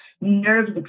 Nerves